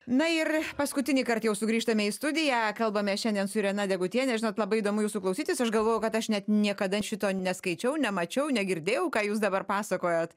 na ir paskutinįkart jau sugrįžtame į studiją kalbame šiandien su irena degutiene žinot labai įdomu jūsų klausytis aš galvoju kad aš net niekada šito neskaičiau nemačiau negirdėjau ką jūs dabar pasakojat